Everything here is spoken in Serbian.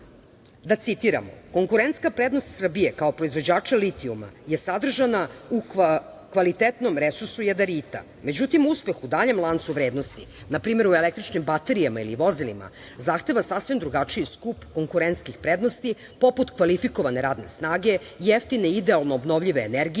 Da citiramo, konkurentska prednost Srbije kao proizvođača litijuma je sadržana u kvalitetnom resursu jadarita, međutim uspeh u daljem lancu vrednosti, npr. u električnim vozilima ili baterijama, zahteva sasvim drugačiji skup konkurentskih prednosti, poput kvalifikovane radne snage, jeftine idealno obnovljive energije